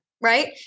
right